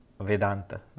Vedanta